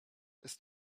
ist